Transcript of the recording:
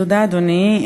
אדוני,